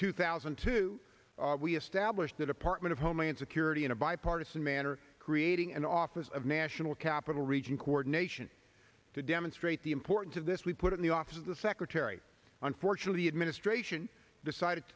two thousand and two we establish the department of homeland security in a bipartisan manner creating an office of national capital region coordination to demonstrate the importance of this we put in the office of the secretary unfortunately the administration decided